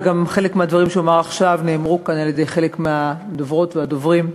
וחלק מהדברים שאומר עכשיו נאמרו כאן על-ידי חלק מהדוברות והדוברים,